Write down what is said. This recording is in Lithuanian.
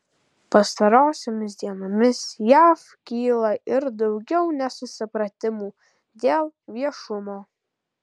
pastarosiomis dienomis jav kyla ir daugiau nesusipratimų dėl viešumo